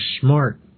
smart